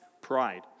pride